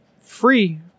free